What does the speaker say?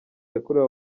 yakorewe